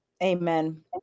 Amen